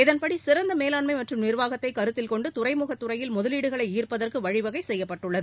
இதன்படி சிறந்தமேலாண்மை மற்றும் நிர்வாகத்தை கருத்தில் கொண்டு துறைமுக துறையில் முதலீடுகளை ஈர்ப்பதற்கு வழிவகை செய்யப்பட்டுள்ளது